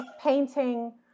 painting